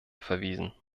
verwiesen